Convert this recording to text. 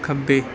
ਖੱਬੇ